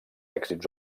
èxits